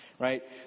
Right